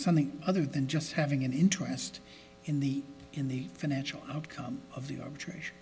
something other than just having an interest in the in the financial outcome of the arbitration